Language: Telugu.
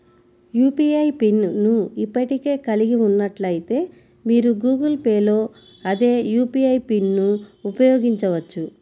యూ.పీ.ఐ పిన్ ను ఇప్పటికే కలిగి ఉన్నట్లయితే, మీరు గూగుల్ పే లో అదే యూ.పీ.ఐ పిన్ను ఉపయోగించవచ్చు